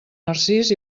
narcís